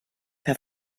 per